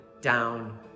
down